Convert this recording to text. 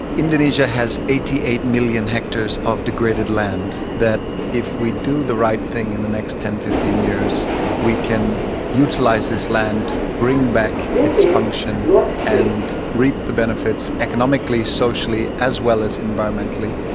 indonesia has eighty eight million hectares of degraded land that if we do the right thing in the next ten, fifteen years we can utilise this land, bring back its function and reap the benefits economically, socially, as well as environmentally.